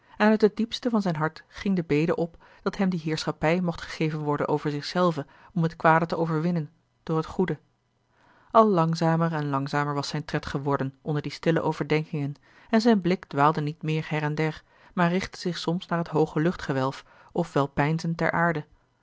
en uit het diepste van zijn hart ging de bede op dat hem die heerschappij mocht gegeven worden over zich zelven om het kwade te overwinnen door het goede al langzamer en langzamer was zijn tred geworden onder die stille overdenkingen en zijn blik dwaalde niet meer her en der maar richtte zich soms naar het hooge luchtgewelf of wel peinzend ter aarde